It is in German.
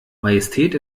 majestät